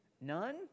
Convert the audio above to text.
None